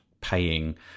paying